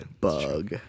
bug